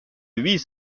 huit